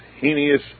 heinous